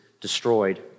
destroyed